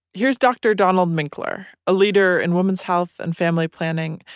here's dr. donald minkler, a leader in women's health and family planning,